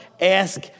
ask